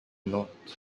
not